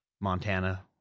Montana